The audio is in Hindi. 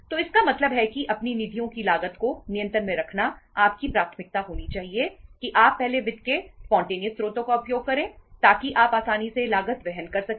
तो इसका मतलब है कि अपनी निधियों की लागत को नियंत्रण में रखना आपकी प्राथमिकता होनी चाहिए कि आप पहले वित्त के स्पॉन्टेनियस स्रोत का उपयोग करें ताकि आप आसानी से लागत वहन कर सकें